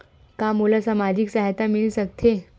का मोला सामाजिक सहायता मिल सकथे?